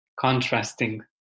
contrasting